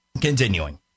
Continuing